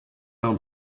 own